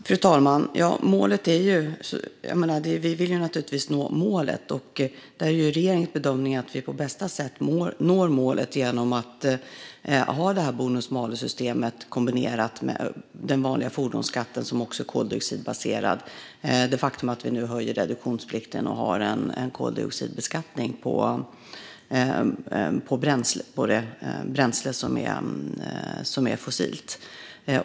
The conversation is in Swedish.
Fru talman! Vi vill naturligtvis nå målet, och regeringens bedömning är att vi på bästa sätt når målet genom att ha detta bonus-malus-system kombinerat med den vanliga fordonsskatten som också är koldioxidbaserad - det faktum att vi nu höjer reduktionsplikten och har en koldioxidbeskattning på det bränsle som är fossilt.